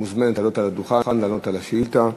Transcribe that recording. את מוזמנת לעלות על הדוכן לענות על השאילתה,